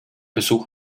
besuch